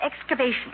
excavation